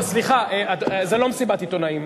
זו לא מסיבת עיתונאים.